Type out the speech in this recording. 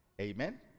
amen